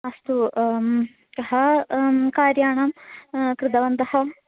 अस्तु कः कार्याणां कृतवन्तः